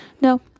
no